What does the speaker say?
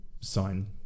sign